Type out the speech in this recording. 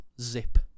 zip